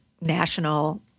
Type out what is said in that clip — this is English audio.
national